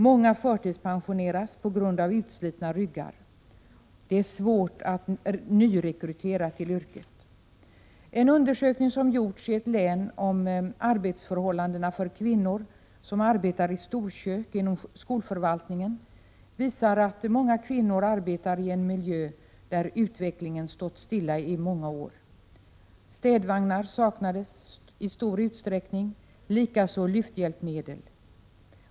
Många förtidspensioneras på grund av utslitna ryggar. Det är svårt att nyrekrytera personal till yrket. En undersökning som gjorts i ett län om arbetsförhållandena för kvinnor som arbetar i storkök inom skolförvaltningen visade att många kvinnor arbetar i en miljö där utvecklingen stått stilla i många år. Städvagnar saknades i stor utsträckning liksom lyfthjälpmedel.